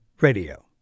Radio